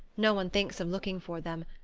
no one thinks of looking for them.